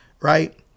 right